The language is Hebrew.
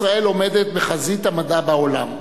ישראל עומדת בחזית המדע בעולם.